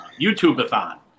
YouTube-a-thon